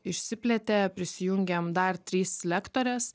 išsiplėtė prisijungėm dar trys lektorės